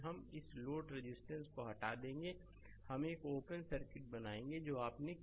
पहले हम इस लोड रेजिस्टेंस को हटा देंगे हम एक ओपन सर्किट बनाएंगे जो आपने किया है